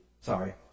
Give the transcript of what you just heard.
sorry